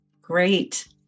Great